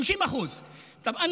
50%. (אומר